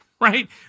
right